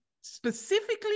specifically